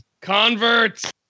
Converts